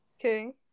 Okay